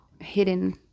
hidden